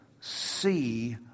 see